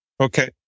Okay